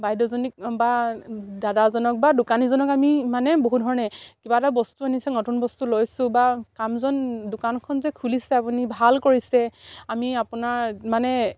বাইদেউজনীক বা দাদাজনক বা দোকানীজনক আমি মানে বহু ধৰণে কিবা এটা বস্তু আনিছে নতুন বস্তু লৈছোঁ বা দোকানখন যে খুলিছে আপুনি ভাল কৰিছে আমি আপোনাৰ মানে